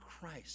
Christ